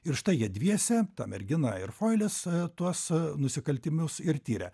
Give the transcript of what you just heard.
ir štai jie dviese ta mergina ir foilis tuos nusikaltimus ir tiria